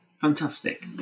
fantastic